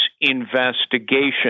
investigation